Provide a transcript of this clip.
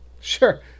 Sure